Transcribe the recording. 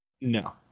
No